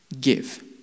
Give